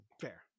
Fair